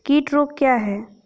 कीट रोग क्या है?